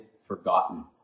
forgotten